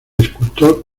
escultor